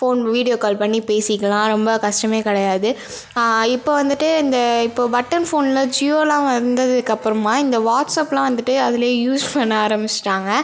phone video call பண்ணி பேசிக்கலாம் ரொம்ப கஷ்டமே கிடையாது இப்போ வந்துட்டு இந்த இப்போ பட்டன் ஃபோனில் ஜியோலாம் வந்ததுக்கப்பறமாக இந்த வாட்ஸ்அப்லாம் வந்துட்டு அதில் யூஸ் பண்ண ஆரம்பிச்சிட்டாங்க